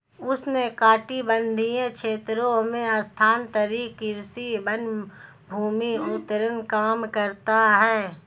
उष्णकटिबंधीय क्षेत्रों में स्थानांतरित कृषि वनभूमि उर्वरता कम करता है